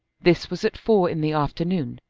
this was at four in the afternoon,